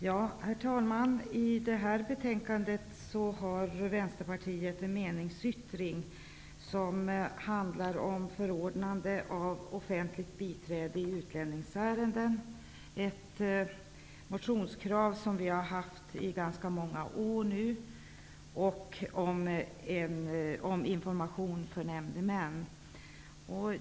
Herr talman! I detta betänkande har Vänsterpartiet meningsyttringar som handlar om förordnande av offentligt biträde i utlänningsärenden -- ett motionskrav som vi har haft i många år nu -- och om information för nämndemän.